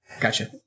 Gotcha